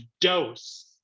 dose